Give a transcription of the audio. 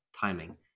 timing